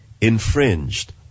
infringed